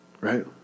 right